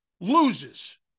loses